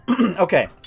Okay